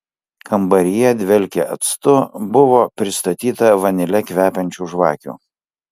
kambaryje dvelkė actu buvo pristatyta vanile kvepiančių žvakių